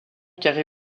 carrée